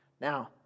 Now